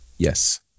Yes